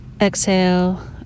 Exhale